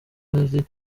bari